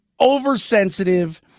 oversensitive